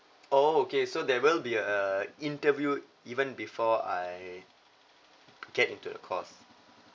oh okay so there will be uh interviewed even before I get into the course